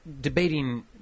debating